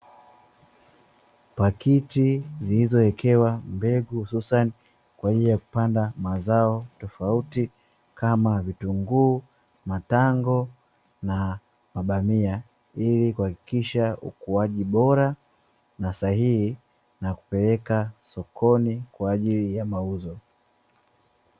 Pakiti zilizowekewa mbegu hususan kwa hiyo kupanda mazao tofauti kama vitunguu, matango na mabamia ili kuhakikisha ukuaji bora na sahihi, na kupeleka sokoni kwa ajili ya mauzo.